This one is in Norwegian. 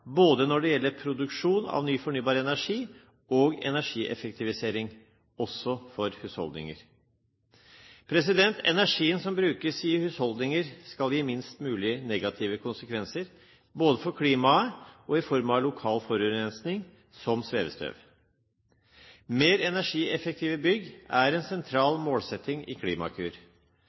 både når det gjelder produksjon av ny fornybar energi og energieffektivisering, også for husholdninger. Energien som brukes i husholdninger, skal gi minst mulig negative konsekvenser, både for klimaet og i form av lokal forurensning, som svevestøv. Mer energieffektive bygg er en sentral målsetting i Klimakur.